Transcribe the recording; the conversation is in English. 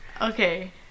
Okay